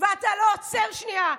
אתה לא עוצר שנייה.